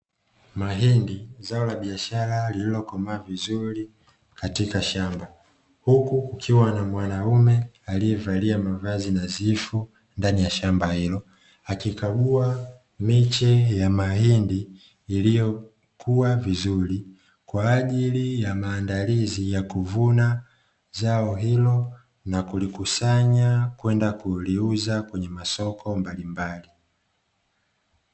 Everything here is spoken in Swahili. Mahindi, zao la biashara lililokomaa vizuri katika shamba, huku ukiwa na mwanaume aliyevaa mavazi nadhifu ndani ya shamba hilo, akikagua mimea ya mahindi iliyokuwa vizuri kwa ajili ya maandalizi ya kuvuna zao hilo na kulikusanya kwenda kuliuza kwenye masoko mbalimbali.